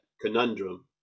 conundrum